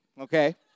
okay